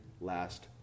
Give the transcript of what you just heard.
last